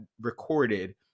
recorded